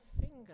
finger